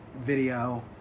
video